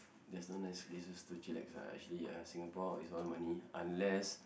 there's no nice places to chillax ah actually ya Singapore is all money unless